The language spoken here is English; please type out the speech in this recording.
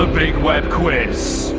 ah big web quiz.